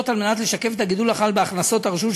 כדי לשקף את הגידול החד בהכנסות הרשות,